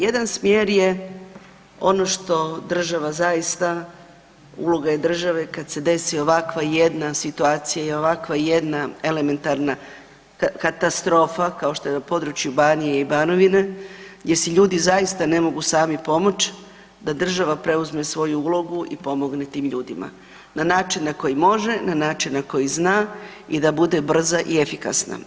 Jedan smjer je ono što država zaista, uloga je države kad se desi ovakva jedna situacija i ovakva jedna elementarna katastrofa kao što je na području Banije i Banovine, gdje si ljudi zaista ne mogu sami pomoć, da država preuzme svoju ulogu i pomogne tim ljudima na način na koji može, na način na koji zna i da bude brza i efikasna.